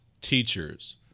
teachers